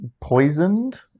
poisoned